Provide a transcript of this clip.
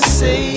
say